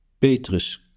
Petrus